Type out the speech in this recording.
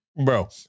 bro